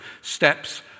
steps